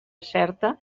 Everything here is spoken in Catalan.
certa